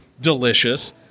delicious